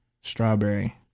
Strawberry